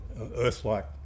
Earth-like